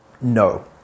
No